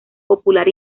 popular